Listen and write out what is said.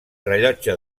rellotge